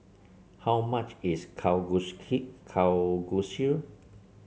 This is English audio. how much is Kalguksu